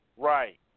Right